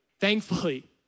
Thankfully